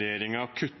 få